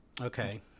Okay